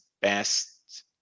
best